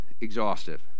exhaustive